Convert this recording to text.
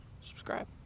subscribe